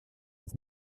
his